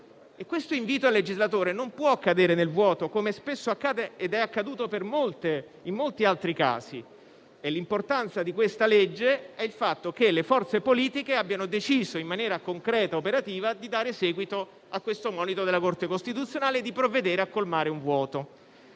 Questo invito al legislatore, pertanto, non può cadere nel vuoto, come spesso accade ed è accaduto in molti altri casi. L'importanza di tale legge sta nel fatto che le forze politiche abbiano deciso, in maniera concreta e operativa, di dare seguito al monito della Corte costituzionale e di provvedere a colmare un vuoto.